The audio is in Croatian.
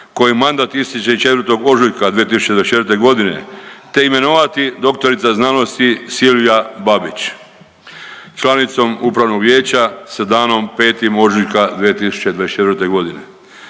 kojem mandat ističe 4. ožujka 2024. godine te imenovati dr.sc. Silvija Babić članicom upravnog vijeća sa danom 5. ožujka 2024. godine.